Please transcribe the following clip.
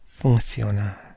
Funciona